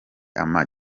ama